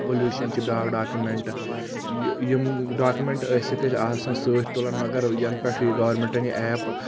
pollution چھُ بیاکھ document یہِ یِم ڈاکمیٚنٹ ٲسِکھ اسہِ آسان سۭتۍ تُلان مگر ینہٕ پٮ۪ٹھ یہِ گورنٚمیٚنٛٹن یہِ ایپ